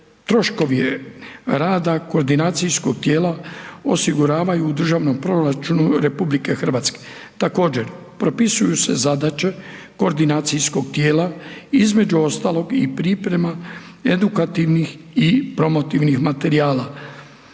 troškovi rada koordinacijskog tijela osiguravaju u državnom proračunu RH. Također propisuju se zadaće koordinacijskog tijela, između ostalog i priprema edukativnih i promotivnih materijala